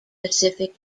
pacific